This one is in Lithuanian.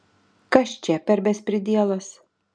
kas čia per bespridielas